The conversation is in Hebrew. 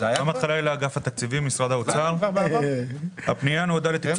8 פניות מתוך 26,